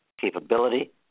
capability